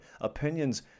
Opinions